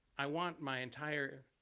i want my entire,